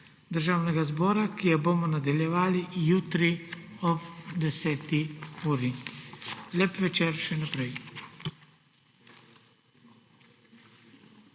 Državnega zbora, ki jo bomo nadaljevali jutri ob 10. uri. Lep večer še naprej!